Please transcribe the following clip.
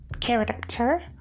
character